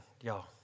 y'all